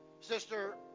Sister